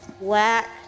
black